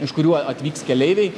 iš kurių atvyks keleiviai